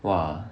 !wah!